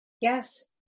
Yes